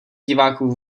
diváků